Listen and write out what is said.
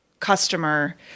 customer